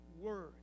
word